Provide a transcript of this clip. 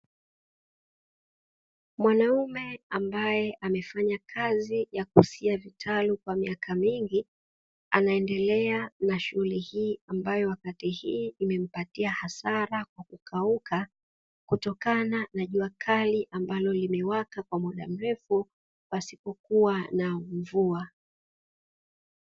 Mwanaume ambaye amefanya kazi ya kusia vitalu kwa miaka mingi anaendelea na shughuli hii, ambayo wakati hii imempatia hasara kwa kukauka kutokana na jua kali ambalo limewaka kwa muda mrefu, pasipo kuwa na mvua.